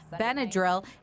Benadryl